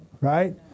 Right